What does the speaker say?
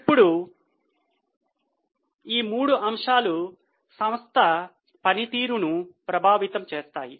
ఇప్పుడు ఈ మూడు అంశాలు సంస్థ పనితీరును ప్రభావితం చేస్తాయి